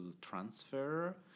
transfer